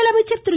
முதலமைச்சா் திரு